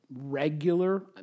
regular